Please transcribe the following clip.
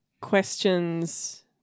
questions